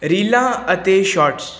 ਰੀਲਾਂ ਅਤੇ ਸ਼ੋਟਸ